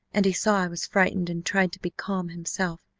and he saw i was frightened and tried to be calm himself.